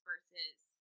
Versus